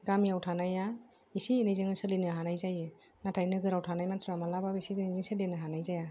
गामियाव थानाया एसे एनैजोंनो सोलिनो हानाय जायो नाथाय नोगोराव थानाय मानसिफ्रा मालाबाबो एसे जोंनो सोलिनो हानाय जाया